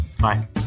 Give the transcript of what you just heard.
Bye